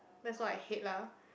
that's what I hate lah